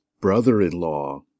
brother-in-law